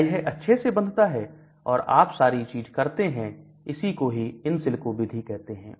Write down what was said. क्या यह अच्छे से बंधता है और आप सारी चीज करते हैं इसी को ही इनसिलिको विधि कहते हैं